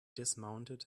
dismounted